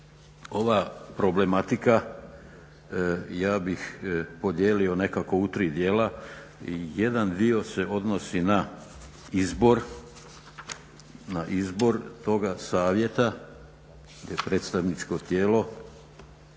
Ova problematika, ja bih podijelio nekako u tri djela, jedan dio se odnosi na izbor toga savjeta predstavničko tijelo